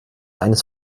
eines